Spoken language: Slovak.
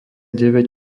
deväť